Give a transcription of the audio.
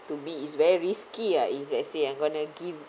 to me is very risky ah if let's say I'm gonna give